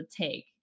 take